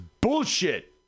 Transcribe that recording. Bullshit